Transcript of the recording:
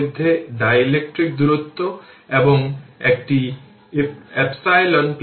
এবং তারপর 4 থেকে 4 সেকেন্ড এখন এটি 10 তাই 10 হল যে 4 থেকে 5 এটি হল i t এর প্লট